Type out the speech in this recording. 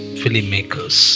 filmmakers